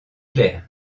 clair